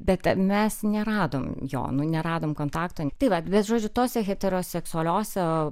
bet mes neradom jo nu neradom kontakto tai vat bet žodžiu tose heteroseksualiose